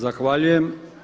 Zahvaljujem.